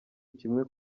kimwe